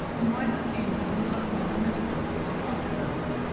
you might assume that you were looking at a mistress or a courtesan, um